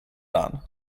ann